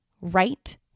right